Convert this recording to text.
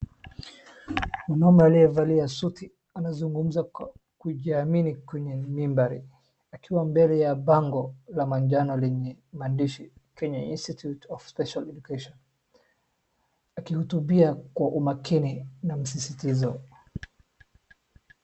Mama aliyevalia suti anazungumza kujiamani kwenye mnyimbali akiwa mbele ya bango la manjano lenye maandishi, kwenye institute of special education .Akihutubia kwa umakini na msisitizo.